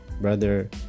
Brother